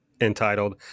entitled